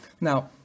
Now